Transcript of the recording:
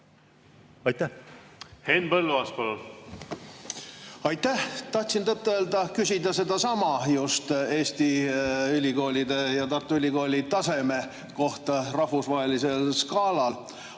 palun! Henn Põlluaas, palun! Aitäh! Tahtsin tõtt-öelda küsida just sedasama – Eesti ülikoolide ja Tartu Ülikooli taseme kohta rahvusvahelisel skaalal